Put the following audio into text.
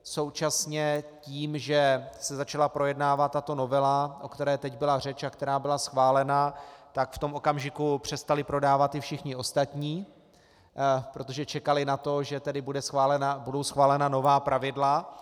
Současně tím, že se začala projednávat tato novela, o které teď byla řeč a která byla schválena, tak v tom okamžiku přestali prodávat i všichni ostatní, protože čekali na to, že budou schválena nová pravidla.